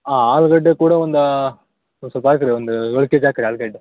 ಹಾಂ ಆಲೂಗಡ್ಡೆ ಕೂಡ ಒಂದು ಒಂದು ಸ್ವಲ್ಪ ಹಾಕ್ರಿ ಒಂದು ಏಳು ಕೆ ಜಿ ಹಾಕ್ರಿ ಆಲೂಗಡ್ಡೆ